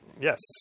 Yes